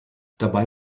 dabei